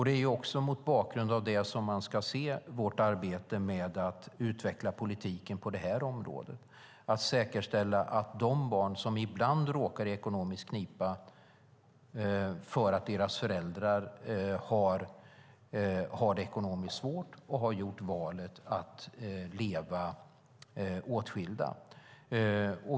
Det är också mot bakgrund av det som man ska se vårt arbete med att utveckla politiken på det här området, att säkerställa situationen för barn som ibland råkar i ekonomisk knipa därför att deras föräldrar har det ekonomiskt svårt och har gjort valet att leva åtskilda.